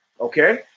Okay